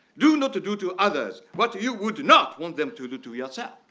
do not to do to others what you would not want them to do to yourself.